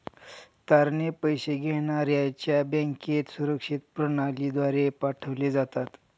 तारणे पैसे घेण्याऱ्याच्या बँकेत सुरक्षित प्रणालीद्वारे पाठवले जातात